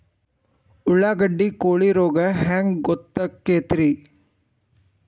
ಉಳ್ಳಾಗಡ್ಡಿ ಕೋಳಿ ರೋಗ ಹ್ಯಾಂಗ್ ಗೊತ್ತಕ್ಕೆತ್ರೇ?